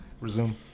Resume